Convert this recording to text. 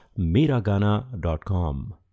Miragana.com